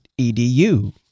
Edu